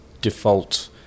default